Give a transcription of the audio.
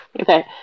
Okay